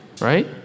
Right